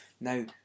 Now